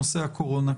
בנושא הקורונה.